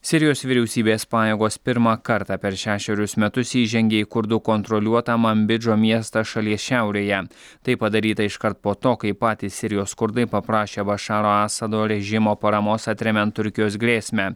sirijos vyriausybės pajėgos pirmą kartą per šešerius metus įžengė į kurdų kontroliuotą mambidžo miestą šalies šiaurėje tai padaryta iškart po to kai patys sirijos kurdai paprašė bašaro asado režimo paramos atremiant turkijos grėsmę